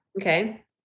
Okay